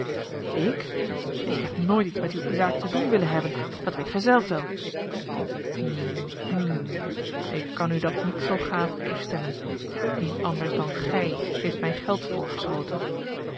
ik ik heb nooit iets met uwe zaak te doen willen hebben dat weet gij zelf wel hm hm ik kan u dat niet zoo gaaf toestemmen wie anders dan gij heeft mij geld